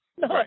No